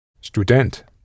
Student